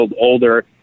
older